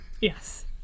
Yes